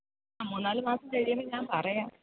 മൂന്ന് നാല് മാസം കഴിയുമ്പം ഞാന് പറയാം